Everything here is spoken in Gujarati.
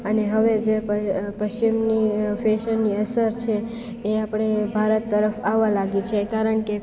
અને હવે જે પશ્ચિમની ફેશનની અસર છે એ આપણે ભારત તરફ આવવા લાગી છે કારણ કે